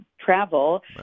travel